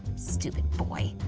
stupid boy!